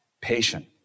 patient